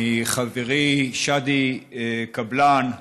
מחברי שאדי קבלאן,